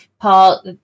Paul